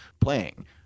playing